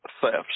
thefts